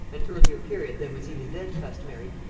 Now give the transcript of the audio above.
an earlier period than was even then customary,